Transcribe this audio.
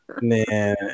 Man